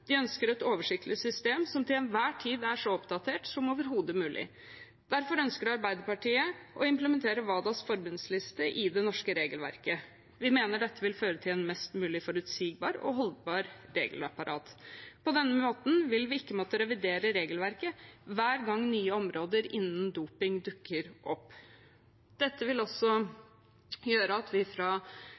De ønsker et oversiktlig system som til enhver tid er så oppdatert som overhodet mulig. Derfor ønsker Arbeiderpartiet å implementere WADAs forbudsliste i det norske regelverket. Vi mener dette vil føre til et mest mulig forutsigbart og holdbart regelapparat. På denne måten vil vi ikke måtte revidere regelverket hver gang nye områder innen doping dukker opp. Dette vil også gjøre at vi fra